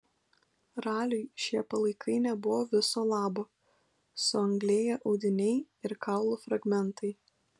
raliui šie palaikai nebuvo viso labo suanglėję audiniai ir kaulų fragmentai